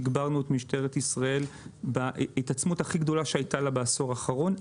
תגברנו את משטרת ישראל בהתעצמות הכי גדולה שהייתה לה בעשור האחרון,